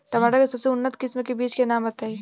टमाटर के सबसे उन्नत किस्म के बिज के नाम बताई?